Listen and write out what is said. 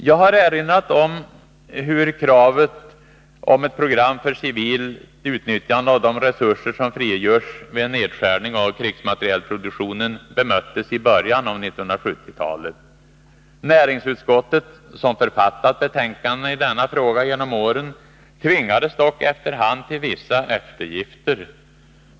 Jag har erinrat om hur kravet på ett program för civilt utnyttjande av de resurser som frigörs vid en nedskärning av krigsmaterielproduktionen bemöttes i början av 1970-talet. Näringsutskottet, som författat betänkandena i denna fråga genom åren, tvingades dock efter hand till vissa eftergifter.